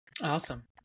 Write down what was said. awesome